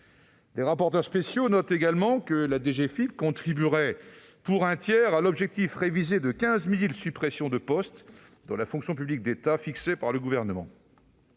Les rapporteurs spéciaux notent également que la DGFiP contribuerait pour un tiers à l'objectif révisé de 15 000 suppressions de postes dans la fonction publique d'État fixé par le Gouvernement.